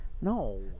No